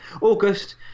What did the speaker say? August